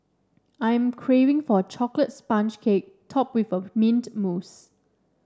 I am craving for a chocolate sponge cake topped with mint mousse